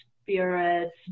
spirits